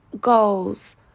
goals